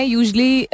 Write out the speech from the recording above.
usually